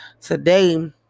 Today